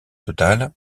total